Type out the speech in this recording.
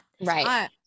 Right